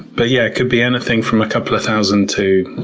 but yeah, it could be anything from a couple of thousand to,